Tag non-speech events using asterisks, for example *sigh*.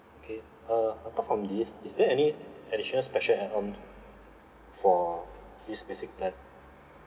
okay uh apart from this is there any *noise* additional special add-on for this basic plan